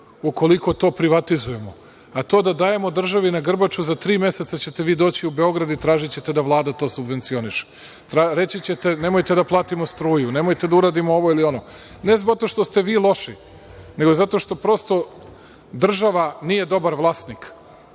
ukoliko to privatizujemo, a to da dajemo državi na grbaču, za tri meseca ćete vi doći u Beograd i tražićete da Vlada to subvencioniše. Reći ćete – nemojte da platimo struju, nemojte da uradimo ovo ili ono. Ne zato što ste vi loši, nego zato što prosto država nije dobar vlasnik,